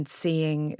seeing